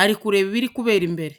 ari kureba ibiri kubera imbere.